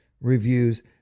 reviews